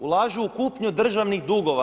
Ulažu u kupnju državnih dugova.